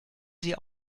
sie